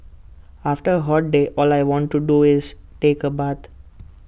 after A hot day all I want to do is take A bath